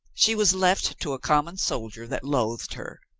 she was left to a common soldier that loathed her.